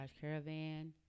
Caravan